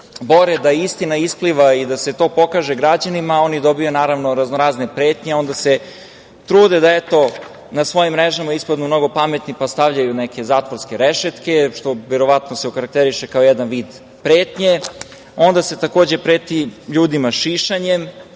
da istina ispliva i da se to pokaže građanima oni dobiju raznorazne pretnje, onda se trude na svojim mrežama ispadnu mnogo pametni, pa stavljaju neke zatvorske rešetke, što se verovatno okarakteriše kao jedan vid pretnje. Onda se takođe preti ljudima šišanjem,